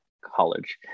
college